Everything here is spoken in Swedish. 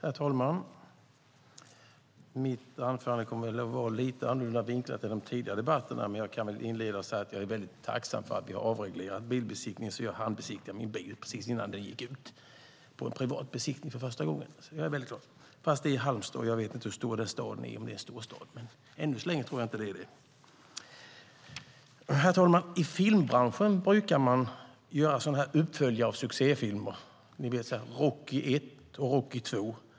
Herr talman! Mitt anförande kommer att vara lite annorlunda vinklat än de tidigare i debatten, men jag kan inleda med att säga att jag är väldigt tacksam för att vi har avreglerat bilbesiktningen. Jag hann nämligen besikta min bil precis innan tiden gick ut, på en privat besiktning för första gången. Jag är alltså väldigt glad. Det var dock i Halmstad, och jag vet inte hur stor den staden är - om den är en storstad. Än så länge tror jag inte att den är det. Herr talman! I filmbranschen brukar man göra uppföljare av succéfilmer - ni vet, Rocky 1 och Rocky 2 .